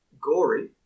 gory